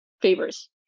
favors